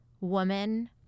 woman